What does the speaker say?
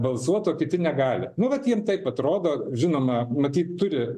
balsuot o kiti negali nu vat jiem taip atrodo žinoma matyt turi